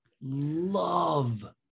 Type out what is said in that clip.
love